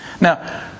Now